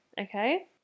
okay